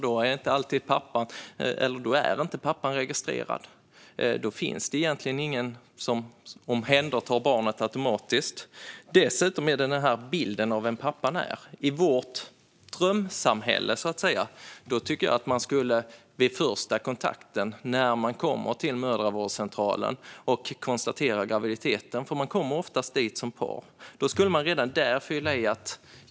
Då är pappan inte registrerad, och då finns det egentligen ingen som automatiskt omhändertar barnet. Dessutom handlar detta om bilden av vem pappan är. I vårt drömsamhälle skulle man redan vid första kontakten, när man kommer till mödravårdscentralen och konstaterar graviditeten, fylla i att man är pappa. Paret kommer nämligen ofta dit tillsammans.